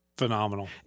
phenomenal